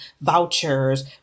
vouchers